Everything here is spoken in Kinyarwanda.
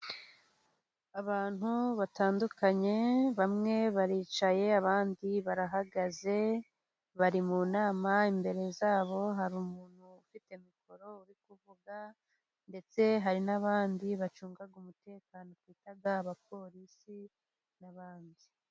Abantu batandukanye, bamwe baricaye abandi barahagaze bari mu nama imbere yabo hari umuntu ufite mikoro uri kuvuga ndetse hari n'abandi bacunga umutekano twita abapolisi n'abandi.